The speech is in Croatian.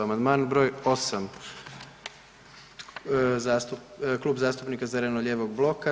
Amandman br. 8 Klub zastupnika zeleno-lijevog bloka.